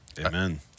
Amen